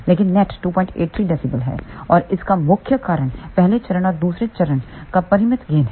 लेकिन net 283 dB है और इसका मुख्य कारण पहले चरण और दूसरे चरण का परिमित गेन है